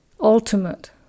ultimate